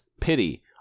pity